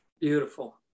Beautiful